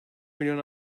milyon